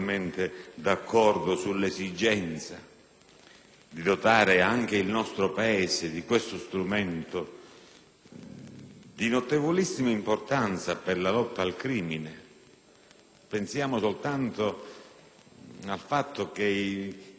di dotare anche il nostro Paese di questo strumento di notevolissima importanza per la lotta al crimine. Si pensi soltanto al fatto che i profili del DNA estratti